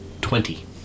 Twenty